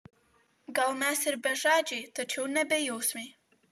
gal mes ir bežadžiai tačiau ne bejausmiai